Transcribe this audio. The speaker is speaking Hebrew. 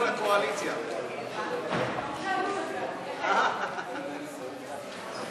להעביר את הצעת חוק שכירות הוגנת (הוראת שעה ותיקוני חקיקה),